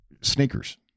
Sneakers